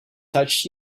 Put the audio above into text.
touched